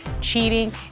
cheating